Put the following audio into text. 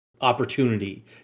opportunity